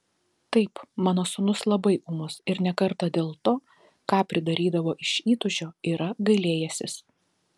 taip mano sūnus labai ūmus ir ne kartą dėl to ką pridarydavo iš įtūžio yra gailėjęsis